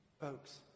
Folks